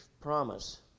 promise